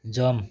jump